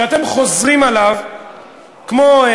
שאתם חוזרים עליו כמו,